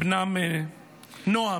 בנם נועם,